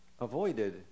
avoided